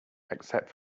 except